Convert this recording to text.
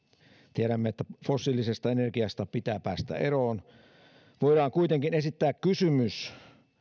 tiedämme että fossiilisesta energiasta pitää päästä eroon voidaan kuitenkin esittää kysymys